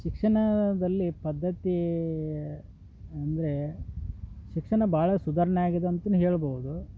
ಶಿಕ್ಷಣದಲ್ಲಿ ಪದ್ಧತಿ ಅಂದರೆ ಶಿಕ್ಷಣ ಭಾಳ ಸುಧಾರ್ಣೆಯಾಗಿದೆ ಅಂತ್ನು ಹೇಳ್ಬೋದು